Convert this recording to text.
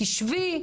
תשבי,